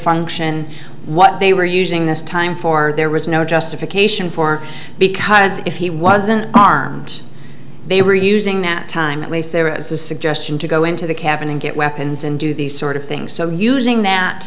function what they were using this time for there was no justification for because if he wasn't armed they were using that time at least there was a suggestion to go into the cabin and get weapons and do these sort of things so using that